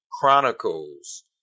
chronicles